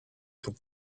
του